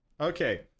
Okay